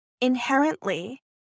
inherently